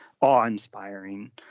awe-inspiring